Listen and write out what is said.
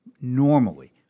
normally